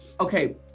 okay